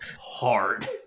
hard